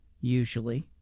usually